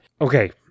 Okay